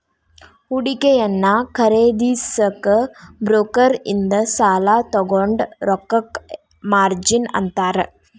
ಹೂಡಿಕೆಯನ್ನ ಖರೇದಿಸಕ ಬ್ರೋಕರ್ ಇಂದ ಸಾಲಾ ತೊಗೊಂಡ್ ರೊಕ್ಕಕ್ಕ ಮಾರ್ಜಿನ್ ಅಂತಾರ